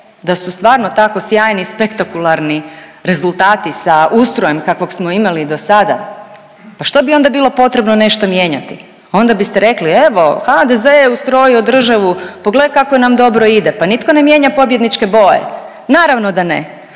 da su stvarno tako stvarni i spektakularni rezultati sa ustrojem kakvog smo imali do sada, pa što bi onda bilo potrebno nešto mijenjati? Onda biste rekli, evo HDZ je ustrojio državu, pogle kako nam dobro ide, pa nitko ne mijenja pobjedničke boje, naravno da ne,